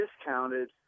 discounted